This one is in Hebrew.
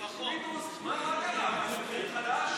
פינדרוס, מה קרה, חדש?